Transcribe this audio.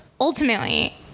Ultimately